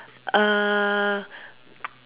ah